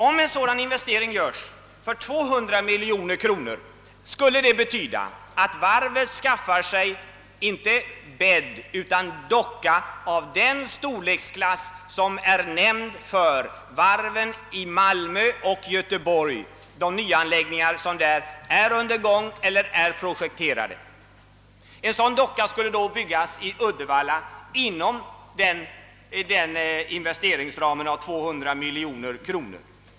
Om en sådan investering av 200 miljoner kronor göres skulle det betyda att varvet skaffar sig en docka av den storlek som är nämnd för de nya anläggningar som pågår eller är projekterade i Malmö och Göteborg. En sådan docka skulle då byggas i Uddevalla inom investeringsramen 200 miljoner kronor.